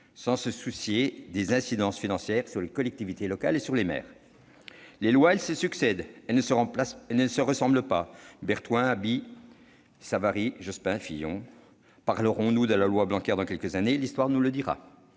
sans se soucier des incidences financières sur les collectivités locales et sur les maires ? Les lois se succèdent, et ne se ressemblent pas : Berthoin, Haby, Savary, Jospin, Fillon ... Parlerons-nous de la loi Blanquer dans quelques années ? L'histoire nous le dira.